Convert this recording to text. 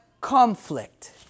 conflict